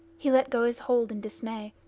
he let go his hold in dismay,